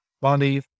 Bonnie